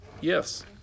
Yes